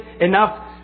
enough